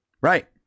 Right